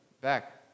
back